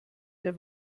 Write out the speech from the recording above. der